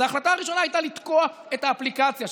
אז ההחלטה הראשונה הייתה לתקוע את האפליקציה,